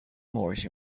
moorish